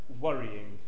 worrying